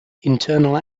internal